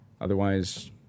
otherwise